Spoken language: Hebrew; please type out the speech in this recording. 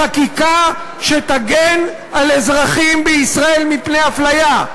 בחקיקה שתגן על אזרחים בישראל מפני אפליה,